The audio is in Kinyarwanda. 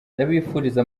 ndabifuriza